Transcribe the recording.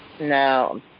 no